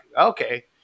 okay